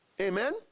Amen